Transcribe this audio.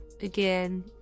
again